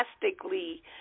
drastically